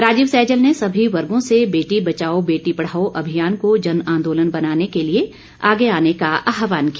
राजीव सैजल ने सभी वर्गो से बेटी बचाओ बेटी पढ़ाओ अभियान को जन आंदोलन बनाने के लिए आगे आने का आहवान किया